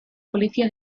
policía